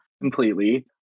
Completely